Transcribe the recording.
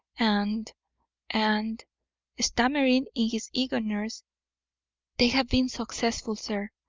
and and stammering in his eagerness they have been successful, sir.